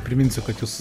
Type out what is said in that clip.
priminsiu kad jūs